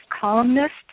columnist